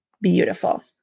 beautiful